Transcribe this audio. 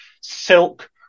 silk